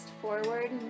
forward